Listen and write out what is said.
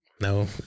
No